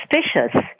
suspicious